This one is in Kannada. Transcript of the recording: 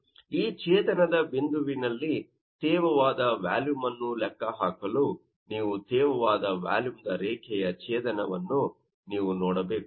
ಈ ಛೇದನ ಬಿಂದುವಿನಲ್ಲಿ ತೇವವಾದ ವ್ಯಾಲುಮ್ ನ್ನು ಲೆಕ್ಕ ಹಾಕಲು ನೀವು ತೇವವಾದ ವ್ಯಾಲುಮ್ ದ ರೇಖೆಯ ಛೇದನವನ್ನು ನೀವು ನೋಡಬೇಕು